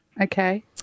Okay